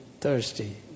thirsty